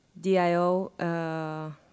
DIO